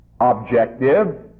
objective